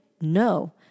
No